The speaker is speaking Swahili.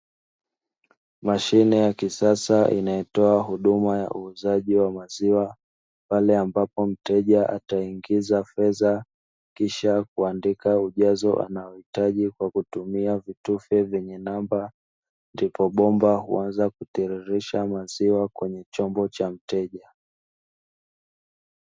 Mashine ya kisasa inayotoa huduma ya uuzaji wa maziwa, pale ambapo mteja ataingiza fedha kisha kuingiza ujazo wanaohitaji kwa kutumia vitufe vyenye namba, ndipo bomba kuanza kutiririsha maziwa kwenye chombo cha mteja.